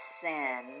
sin